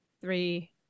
three